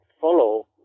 follow